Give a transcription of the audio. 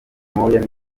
moya